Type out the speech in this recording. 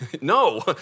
No